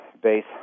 base